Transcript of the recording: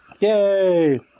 Yay